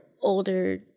older